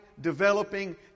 developing